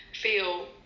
feel